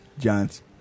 Giants